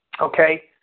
okay